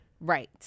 Right